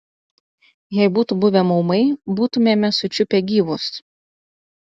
jei būtų buvę maumai būtumėme sučiupę gyvus